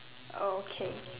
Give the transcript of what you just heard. okay